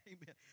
Amen